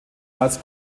als